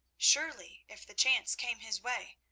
surely, if the chance came his way.